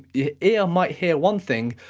your ear might hear one thing,